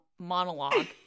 monologue